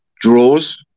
draws